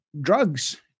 drugs